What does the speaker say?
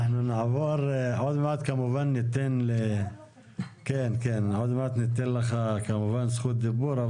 עוד מעט כמובן ניתן לך זכות דיבור,